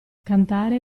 cantare